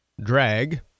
drag